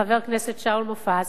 חבר הכנסת שאול מופז,